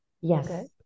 Yes